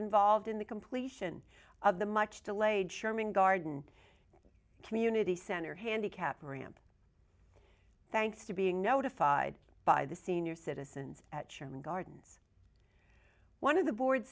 involved in the completion of the much delayed sherman garden community center handicap ramp thanks to being notified by the senior citizens at sherman gardens one of the board